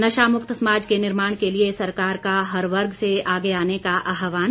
नशामुक्त समाज के निर्माण के लिए सरकार का हर वर्ग से आगे आने का आहवान